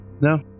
No